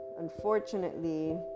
unfortunately